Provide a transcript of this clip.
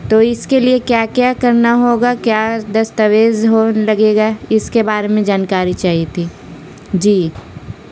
تو اس کے لیے کیا کیا کرنا ہوگا کیا دستاویز ہو لگے گا اس کے بارے میں جانکاری چاہیے تھی جی